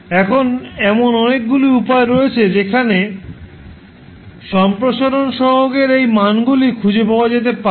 এখন এমন অনেকগুলি উপায় রয়েছে যেখান থেকে সম্প্রসারণ সহগের এই মানগুলি খুঁজে পাওয়া যেতে পারে